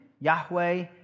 Yahweh